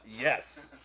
Yes